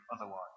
otherwise